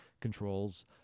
controls